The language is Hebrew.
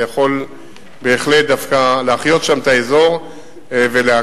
זה יכול בהחלט דווקא להחיות שם את האזור ולהקל.